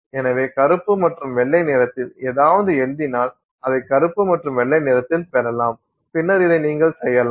எனவே கருப்பு மற்றும் வெள்ளை நிறத்தில் ஏதாவது எழுதினால் அதை கருப்பு மற்றும் வெள்ளை நிறத்தில் பெறலாம் பின்னர் இதை நீங்கள் செய்யலாம்